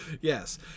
Yes